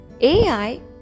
AI